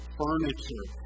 furniture